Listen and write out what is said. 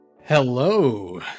hello